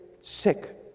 sick